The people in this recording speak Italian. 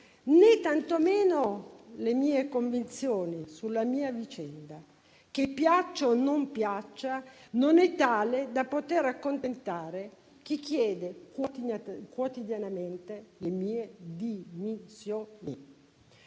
né tantomeno le mie convinzioni sulla mia vicenda, che - piaccia o non piaccia - non è tale da poter accontentare chi chiede quotidianamente le mie dimissioni.